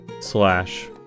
slash